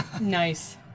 Nice